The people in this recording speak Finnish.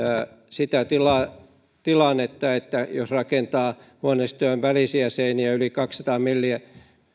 sitä tilannetta että jos rakentaa huoneistojen välisiä seiniä yli kaksisataa millimetriä